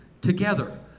together